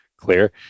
Clear